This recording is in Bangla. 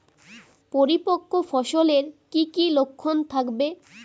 পরিপক্ক ফসলের কি কি লক্ষণ থাকবে?